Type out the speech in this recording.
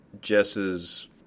Jess's